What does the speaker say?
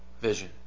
vision